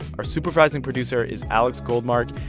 our supervising producer is alex goldmark.